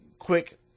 quick